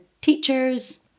teachers